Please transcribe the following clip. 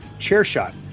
CHAIRSHOT